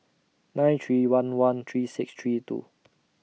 nine three one one three six three two